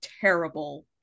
terrible